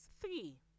three